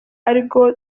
arirwo